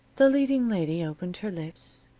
the leading lady opened her lips,